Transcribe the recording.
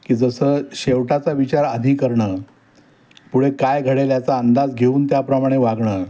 की जसं शेवटाचा विचार आधी करणं पुढे काय घडेल याचा अंदाज घेऊन त्याप्रमाणे वागणं